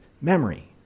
memory